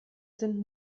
sind